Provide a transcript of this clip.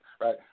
right